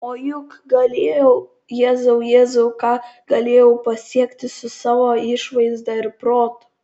o juk galėjau jėzau jėzau ką galėjau pasiekti su savo išvaizda ir protu